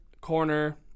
corner